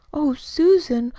oh, susan,